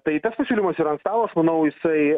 tai tas pasiūlymas yra ant stalo aš manau jisai